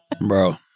Bro